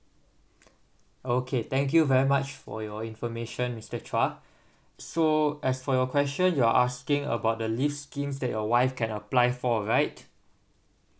okay thank you very much for your information mister chua so as for your question you are asking about the leave schemes that your wife can apply for right